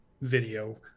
video